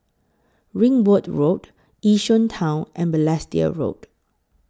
Ringwood Road Yishun Town and Balestier Road